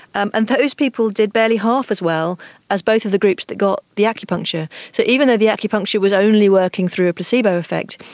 and those people did barely half as well as both the groups that got the acupuncture. so even though the acupuncture was only working through a placebo effect,